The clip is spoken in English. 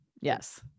Yes